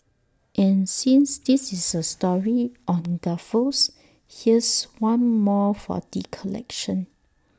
and since this is A story on gaffes here's one more for the collection